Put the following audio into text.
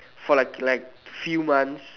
for like like few months